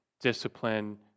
discipline